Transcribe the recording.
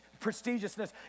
prestigiousness